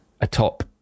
atop